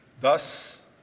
Thus